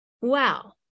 wow